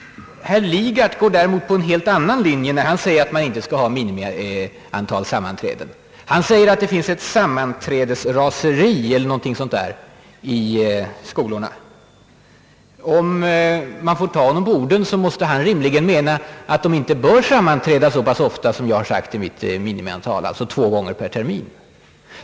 Herr Lidgard går däremot på en helt annan linje. Han säger att man inte skall ha ett visst minimiantal sammanträden därför att det lätt blir ett sammanträdesraseri i skolorna. Skall man ta herr Lidgard på orden, måste han rimligen mena att samarbetsnämnderna inte bör sammanträda så ofta som jag har angivit i mitt minimiantal, alltså två gånger per termin.